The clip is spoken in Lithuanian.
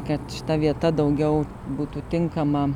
kad šita vieta daugiau būtų tinkama